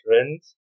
Rins